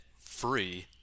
free